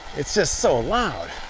it's just so loud.